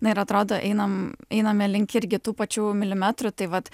na ir atrodo einam einame link irgi tų pačių milimetrų tai vat